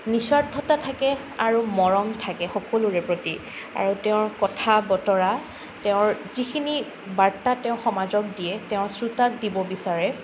নিস্বাৰ্থতা থাকে আৰু মৰম থাকে সকলোৰে প্ৰতি আৰু তেওঁৰ কথা বতৰা তেওঁৰ যিখিনি বাৰ্তা তেওঁ সমাজক দিয়ে তেওঁৰ শ্ৰোতাক দিব বিচাৰে